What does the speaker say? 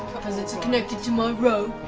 because it's and connected to my rope.